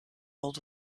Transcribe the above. old